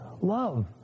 love